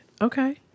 okay